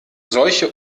solche